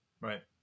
Right